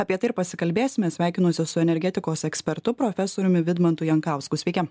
apie tai ir pasikalbėsime sveikinuosi su energetikos ekspertu profesoriumi vidmantu jankausku sveiki